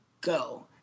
go